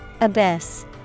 Abyss